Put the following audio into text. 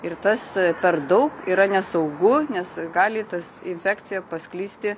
ir tas per daug yra nesaugu nes gali tas infekcija pasklisti